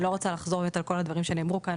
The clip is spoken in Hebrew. אני לא רוצה לחזור על כל הדברים שנאמרו כאן.